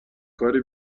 کاری